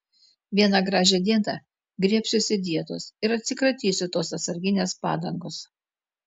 vieną gražią dieną griebsiuosi dietos ir atsikratysiu tos atsarginės padangos